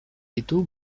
ditu